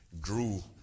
grew